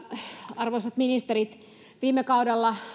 arvoisat ministerit viime kaudella